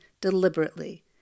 deliberately